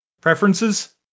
Preferences